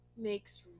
makes